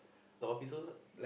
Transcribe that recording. the officers ah